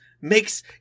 makes